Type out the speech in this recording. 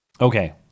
Okay